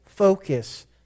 focus